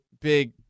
big